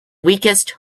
weakest